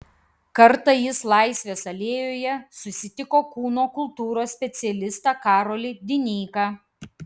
kartą jis laisvės alėjoje susitiko kūno kultūros specialistą karolį dineiką